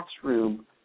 classroom